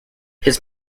his